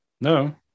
No